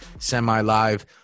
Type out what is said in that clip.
Semi-live